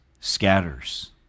scatters